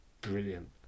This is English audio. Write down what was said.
brilliant